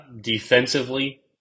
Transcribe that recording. defensively